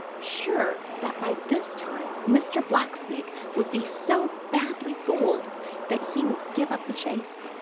sure that by this time mr. blacksnake would be so badly fooled that he would give up the chase.